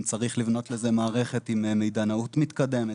אם צריך לבנות לזה מערכת עם מידענות מתקדמת,